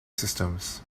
systems